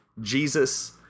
Jesus